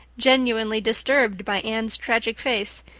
genuinely disturbed by anne's tragic face.